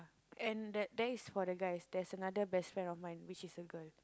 and that that is for the guys there is another best friend of mine which is a girl